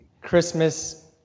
Christmas